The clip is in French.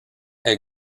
est